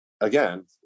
again